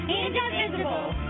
indivisible